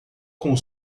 com